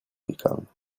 gegangen